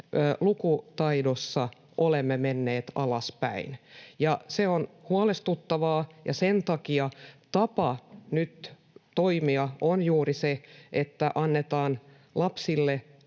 lukutaidossa olemme menneet alaspäin. Se on huolestuttavaa, ja sen takia tapa toimia on nyt juuri se, että annetaan lapsille